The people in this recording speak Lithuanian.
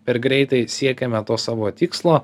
per greitai siekiame to savo tikslo